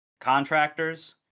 contractors